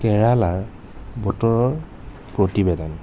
কেৰালাৰ বতৰৰ প্ৰতিবেদন